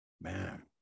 Man